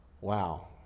Wow